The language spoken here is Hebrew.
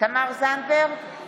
תמר זנדברג,